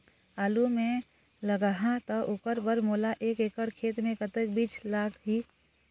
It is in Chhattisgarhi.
आलू मे लगाहा त ओकर बर मोला एक एकड़ खेत मे कतक बीज लाग ही?